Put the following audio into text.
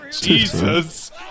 Jesus